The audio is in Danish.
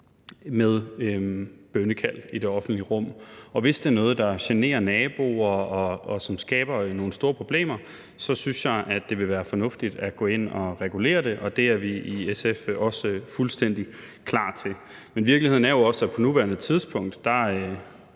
med bønnekald i det offentlige rum, og hvis det er noget, der generer naboer, og som skaber nogle store problemer, så synes jeg, at det vil være fornuftigt at gå ind at regulere det, og det er vi i SF også fuldstændig klar til. Men virkeligheden er jo også, at der på nuværende tidspunkt ikke